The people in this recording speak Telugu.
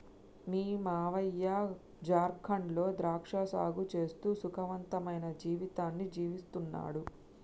మీ మావయ్య జార్ఖండ్ లో ద్రాక్ష సాగు చేస్తూ సుఖవంతమైన జీవితాన్ని జీవిస్తున్నాడు